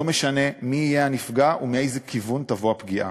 לא משנה מי יהיה הנפגע ומאיזה כיוון תבוא הפגיעה.